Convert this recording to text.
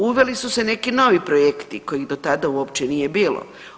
Uveli su se neki novi projekti kojih do tada uopće nije bilo.